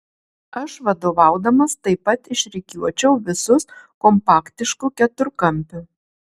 aš vadovaudamas taip pat išrikiuočiau visus kompaktišku keturkampiu